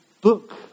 book